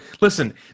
listen